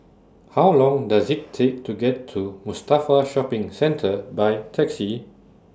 How Long Does IT Take to get to Mustafa Shopping Centre By Taxi